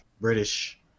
British